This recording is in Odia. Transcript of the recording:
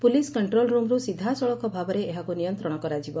ପୁଲିସ୍ କଣ୍ଟ୍ରୋଲ୍ ରୁମ୍ରୁ ସିଧାସଳଖ ଭାବରେ ଏହାକୁ ନିୟନ୍ତଶ କରାଯିବ